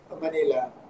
Manila